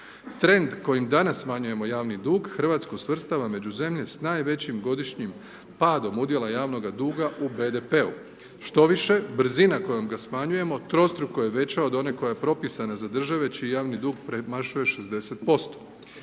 Trend kojim danas smanjujemo javni dug, RH svrstava među zemlje s najvećim godišnjim padom udjela javnoga duga u BDP-u. Štoviše, brzina kojom ga smanjujemo trostruko je veća od one koja je propisana za države čiji javni dug premašuje 60%.